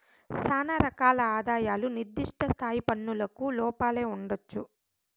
శానా రకాల ఆదాయాలు నిర్దిష్ట స్థాయి పన్నులకు లోపలే ఉండొచ్చు